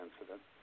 incident